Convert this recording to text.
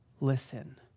listen